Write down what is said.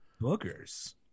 Boogers